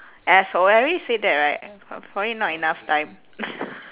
asshole I already said that right but probably not enough time